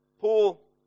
Paul